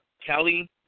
Kelly